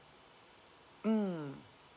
mm